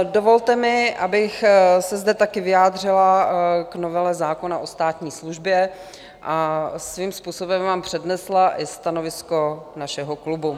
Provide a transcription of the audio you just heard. Dovolte mi, abych se zde také vyjádřila k novele zákona o státní službě a svým způsobem vám přednesla i stanovisko našeho klubu.